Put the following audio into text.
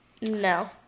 No